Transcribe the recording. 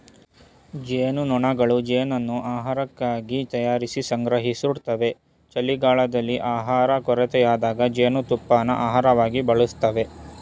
ಜೇನ್ನೊಣಗಳು ಜೇನನ್ನು ಆಹಾರಕ್ಕಾಗಿ ತಯಾರಿಸಿ ಸಂಗ್ರಹಿಸ್ತವೆ ಚಳಿಗಾಲದಲ್ಲಿ ಆಹಾರ ಕೊರತೆಯಾದಾಗ ಜೇನುತುಪ್ಪನ ಆಹಾರವಾಗಿ ಬಳಸ್ತವೆ